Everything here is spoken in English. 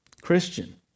Christian